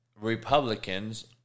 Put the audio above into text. Republicans